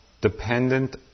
dependent